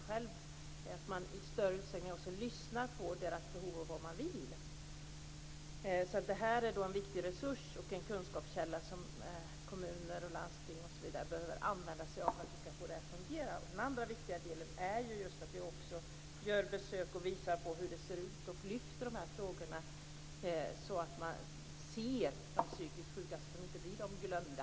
Vi måste också i större utsträckning ta reda på deras behov och lyssna på vad de vill. Det här är en viktig resurs och en kunskapskälla som kommuner och landsting behöver använda sig av för att vi skall få det att fungera. En annan viktig sak är att vi gör besök och ser hur det ser ut, att vi lyfter de här frågorna så att de psykiskt sjuka syns och inte blir "de glömda".